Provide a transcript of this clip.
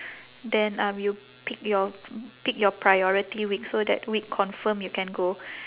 then um you pick your pick your priority week so that week confirm you can go